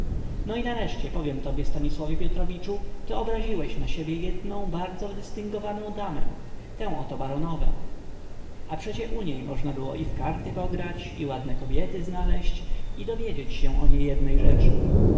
no i nareszcie powiem tobie stanisławie piotrowiczu ty obraziłeś na siebie jednę bardzo dystyngowaną damę tę ot baronowę a przecie u niej można było i w karty pograć i ładne kobiety znaleźć i dowiedzieć się o niejednej rzeczy